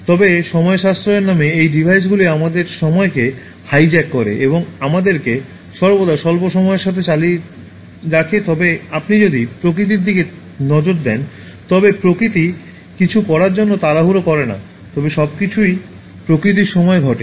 তবে সময় সাশ্রয়ের নামে এই ডিভাইসগুলি আমাদের সময়কে হাইজ্যাক করে এবং আমাদেরকে সর্বদা স্বল্প সময়ের সাথে চালিয়ে রাখে তবে আপনি যদি প্রকৃতির দিকে নজর দেন তবে প্রকৃতি কিছু করার জন্য তাড়াহুড়ো করে না তবে সবকিছুই প্রকৃতির সময়ে ঘটে